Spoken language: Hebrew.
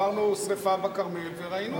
עברנו שרפה בכרמל וראינו.